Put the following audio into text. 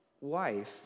wife